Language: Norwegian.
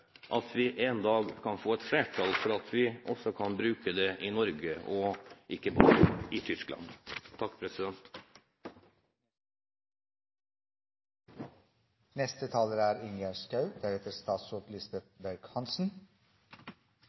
en dag kan få et flertall for at vi også kan bruke dem i Norge og ikke bare i Tyskland.